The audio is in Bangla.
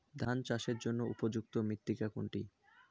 ধান চাষের জন্য উপযুক্ত মৃত্তিকা কোনটি?